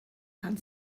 pan